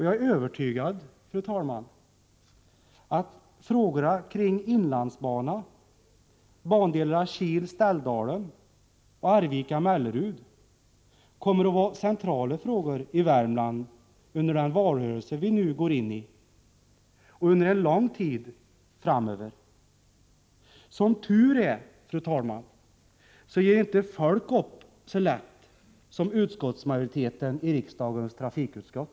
Jag är övertygad om att frågorna kring inlandsbanan, bandelarna Kil-Ställdalen och Arvika-Mellerud kommer att vara centrala frågor i Värmland under den valrörelse vi nu går in i och under en lång tid framöver, Fru talman! Som tur är ger inte folk upp så lätt som majoriteten i riksdagens trafikutskott.